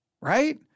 right